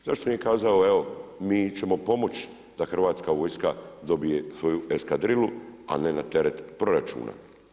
Zašto nije kazao evo mi ćemo pomoći da Hrvatska vojska dobije svoju eskadrilu, a ne na teret proračuna.